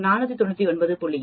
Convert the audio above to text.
8 499